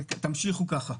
תמשיכו ככה.